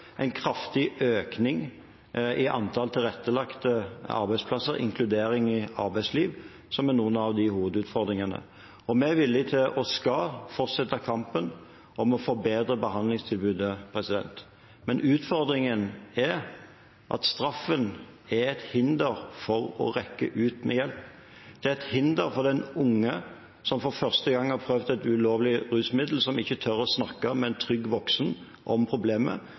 en kraftig økning i antall tilrettelagte arbeidsplasser, inkludering i arbeidsliv, som er noen av hovedutfordringene. Vi er villige til å – og skal – fortsette kampen for å forbedre behandlingstilbudet. Utfordringen er at straffen er et hinder for å rekke ut med hjelp. Den er et hinder for den unge som for første gang har prøvd et ulovlig rusmiddel, og som ikke tør å snakke om problemet med en trygg voksen,